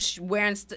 wearing